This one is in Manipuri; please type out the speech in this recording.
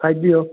ꯍꯥꯏꯕꯤꯌꯣ